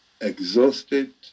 exhausted